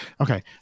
Okay